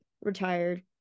retired